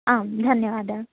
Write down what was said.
आं धन्यवादः